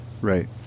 Right